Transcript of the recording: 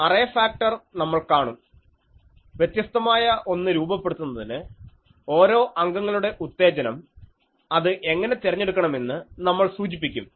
array factor നമ്മൾ കാണും വ്യത്യസ്തമായ ഒന്ന് രൂപപ്പെടുത്തുന്നതിന് ഓരോ അംഗങ്ങളുടെ ഉത്തേജനം അത് എങ്ങനെ തെരഞ്ഞെടുക്കണമെന്ന് നമ്മൾ സൂചിപ്പിക്കും